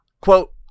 quote